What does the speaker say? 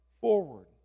forward